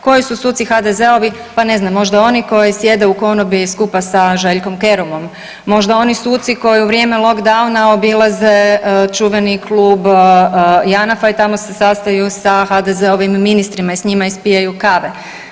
Koji su suci HDZ-ovi, pa ne znam, možda oni koji sjede u konobi skupa sa Željkom Kerumom, možda oni suci koji u vrijeme lockdowna obilaze čuveni klub Janafa i tamo se sastaju sa HDZ-ovim ministrima i s njima ispijaju kave.